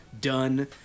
Done